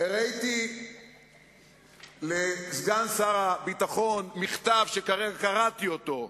הראיתי לסגן שר הביטחון מכתב שכרגע קראתי אותו,